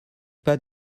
pas